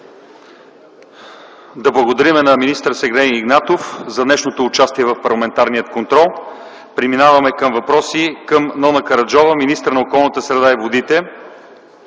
Да благодарим на министър Сергей Игнатов за днешното му участие в парламентарния контрол. Преминаваме към въпроси към Нона Караджова – министър на околната